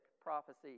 prophecy